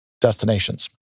destinations